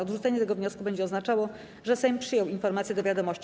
Odrzucenie tego wniosku będzie oznaczało, że Sejm przyjął informację do wiadomości.